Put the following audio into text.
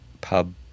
pub